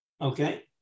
Okay